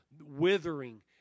withering